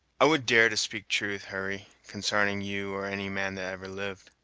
i would dare to speak truth, hurry, consarning you or any man that ever lived.